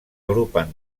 agrupan